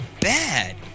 bad